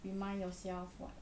remind yourself what